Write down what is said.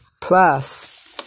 Plus